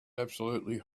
absolutely